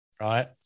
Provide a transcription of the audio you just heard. Right